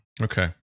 Okay